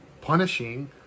punishing